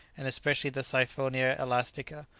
and especially the siphonia elastica,